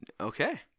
Okay